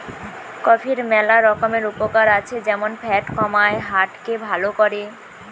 কফির ম্যালা রকমের উপকার আছে যেমন ফ্যাট কমায়, হার্ট কে ভাল করে